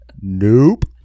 Nope